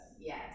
Yes